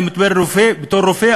אני מדבר בתור רופא,